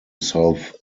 south